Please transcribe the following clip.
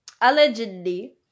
allegedly